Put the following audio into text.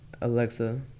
Alexa